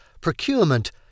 procurement